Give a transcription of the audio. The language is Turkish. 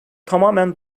tamamen